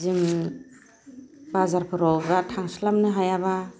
जोङो बाजारफोराव बा थांस्लाबनो हायाब्ला